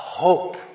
hope